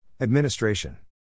Administration